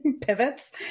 pivots